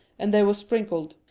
and they were sprinkled.